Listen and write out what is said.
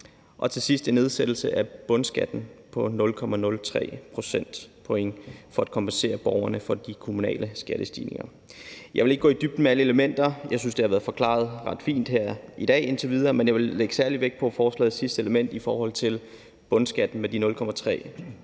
og til sidst en nedsættelse af bundskatten med 0,03 procentpoint for at kompensere borgerne for de kommunale skattestigninger. Jeg vil ikke gå i dybden med alle elementer. Jeg synes, det har været forklaret ret fint her i dag indtil videre, men jeg vil lægge særlig vægt på forslagets sidste element i forhold til en nedsættelse af bundskatten